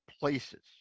places